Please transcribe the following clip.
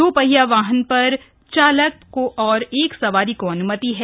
दोपहिया वाहनों पर चालक और एक सवारी को अन्मति है